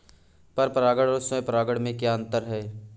पर परागण और स्वयं परागण में क्या अंतर है?